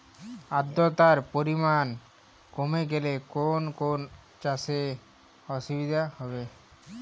আদ্রতার পরিমাণ কমে গেলে কোন কোন চাষে অসুবিধে হবে?